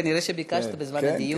כנראה ביקשת בזמן הדיון.